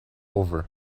over